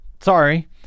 sorry